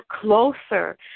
closer